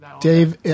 Dave